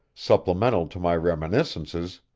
supplemental to my reminiscences,